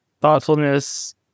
thoughtfulness